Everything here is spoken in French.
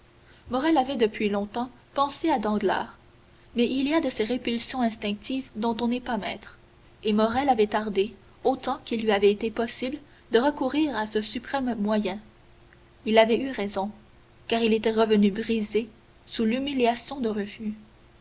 morrel avait depuis longtemps pensé à danglars mais il y a de ces répulsions instinctives dont on n'est pas maître et morrel avait tardé autant qu'il lui avait été possible de recourir à ce suprême moyen il avait eu raison car il était revenu brisé sous l'humiliation d'un refus